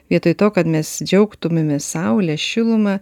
vietoj to kad mes džiaugtumėmės saule šiluma